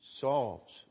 solves